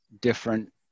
different